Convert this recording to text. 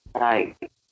Right